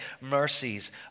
mercies